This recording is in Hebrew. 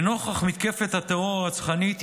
לנוכח מתקפת הטרור הרצחנית,